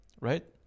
Right